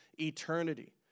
eternity